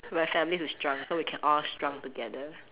my family to shrunk so we can all shrunk together